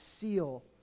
seal